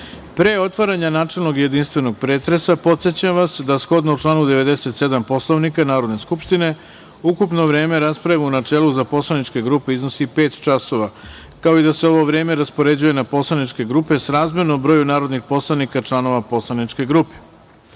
otvaranja načelnog i jedinstvenog pretresa, podsećam vas da, shodno članu 97. Poslovnika Narodne skupštine, ukupno vreme rasprave u načelu za poslaničke grupe iznosi pet časova, kao i da se ovo vreme raspoređuje na poslaničke grupe srazmerno broju narodnih poslanika članova poslaničke